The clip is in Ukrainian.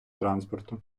транспорту